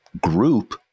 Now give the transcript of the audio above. group